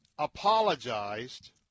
apologized